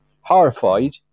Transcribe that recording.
Horrified